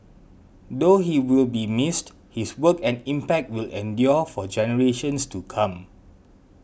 though he will be missed his work and impact will endure for generations to come